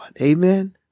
Amen